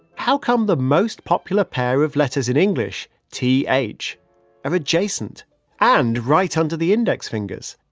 how come the most popular pair of letters in english t, h are adjacent and right under the index fingers?